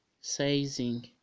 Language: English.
sizing